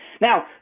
Now